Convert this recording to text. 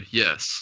yes